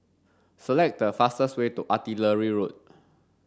select the fastest way to Artillery Road